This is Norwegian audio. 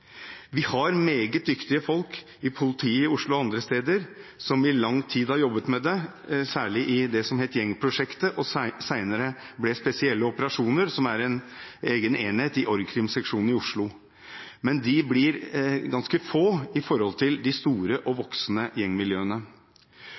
Vi har meget dyktige folk i politiet i Oslo og andre steder, som i lang tid har jobbet med dette – særlig i det som het gjengprosjektet og senere ble Spesielle Operasjoner, som er en egen enhet i org. krim-seksjonen i Oslo. Men de blir ganske få i forhold til de store og